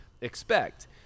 expect